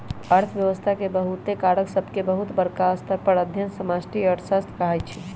अर्थव्यवस्था के बहुते कारक सभके बहुत बरका स्तर पर अध्ययन समष्टि अर्थशास्त्र कहाइ छै